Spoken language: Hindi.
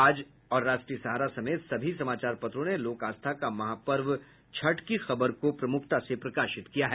आज और राष्ट्रीय सहारा समेत सभी समाचार पत्रों ने लोक आस्था का महापर्व छठ की खबर को प्रमुखता से प्रकाशित किया है